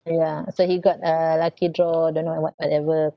yeah so he got a lucky draw don't know what~ what~ whatever